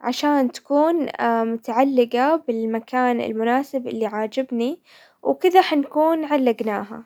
عشان تكون متعلقة بالمكان المناسب اللي عاجبني، وكذا حنكون علقناها.